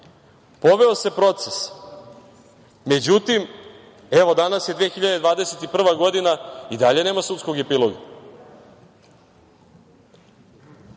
poveo se proces, međutim, evo, danas je 2021. godina, i dalje nema sudskog epiloga. Kada